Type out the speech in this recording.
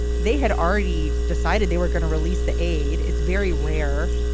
they had already decided they were going to release the aide. it's very rare.